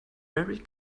very